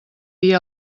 dir